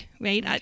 right